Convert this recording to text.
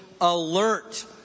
alert